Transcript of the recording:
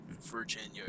Virginia